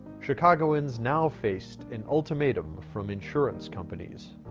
chicagoans now faced an ultimatum from insurance companies,